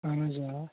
اَہَن حظ آ